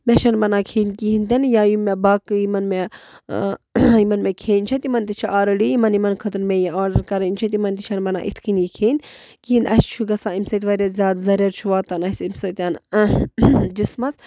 مےٚ چھَنہٕ بَنان کھیٚنۍ کِہیٖنۍ تہِ نہٕ یا یِم مےٚ باقٕے یِمَن مےٚ یِمَن مےٚ کھیٚنۍ چھےٚ تِمَن تہِ چھِ آلرٔڈی یِمَن یِمَن خٲطرٕ مےٚ یہِ آرڈَر کَرٕنۍ چھِ تِمَن تہِ چھَنہٕ بَنان یِتھ کَنۍ یہِ کھیٚنۍ کِہیٖنۍ اَسہِ چھُ گژھان اَمۍ سۭتۍ واریاہ زیادٕ زَرٮ۪ر چھُ واتان اَسہِ اَمۍ سۭتۍ جِسمَس